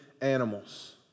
animals